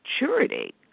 maturity